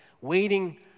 waiting